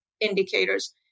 indicators